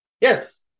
yes